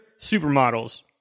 supermodels